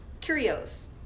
curios